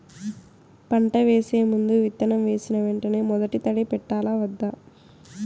పంట వేసే ముందు, విత్తనం వేసిన వెంటనే మొదటి తడి పెట్టాలా వద్దా?